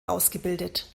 ausgebildet